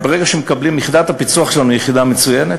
יחידת הפיצו"ח שלנו היא יחידה מצוינת,